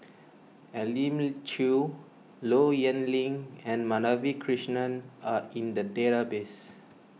Elim Chew Low Yen Ling and Madhavi Krishnan are in the database